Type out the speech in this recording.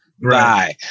right